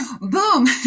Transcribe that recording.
boom